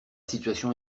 situation